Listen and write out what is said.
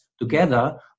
together